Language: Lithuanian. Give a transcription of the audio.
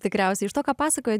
tikriausiai iš to ką pasakojot